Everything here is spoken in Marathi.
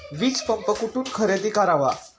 वीजपंप कुठून खरेदी करावा?